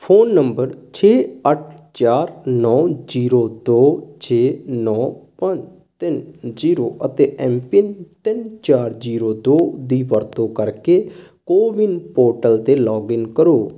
phone number ਛੇ ਅੱਠ ਚਾਰ ਨੌਂ ਜ਼ੀਰੋ ਦੋ ਛੇ ਨੌਂ ਪੰਜ ਤਿੰਨ ਜ਼ੀਰੋ ਅਤੇ ਐਮ ਪਿੰਨ ਤਿੰਨ ਚਾਰ ਜ਼ੀਰੋ ਦੋ ਦੀ ਵਰਤੋਂ ਕਰਕੇ ਕੋਵਿਨ ਪੋਰਟਲ 'ਤੇ ਲੌਗਇਨ ਕਰੋ